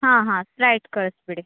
ಹಾಂ ಹಾಂ ಸ್ಪ್ರೈಟ್ ಕಳಿಸ್ಬಿಡಿ